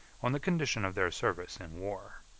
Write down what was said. on the condition of their service in war.